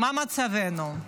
מה מצבנו?